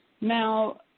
Now